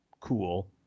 Cool